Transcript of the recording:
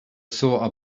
saw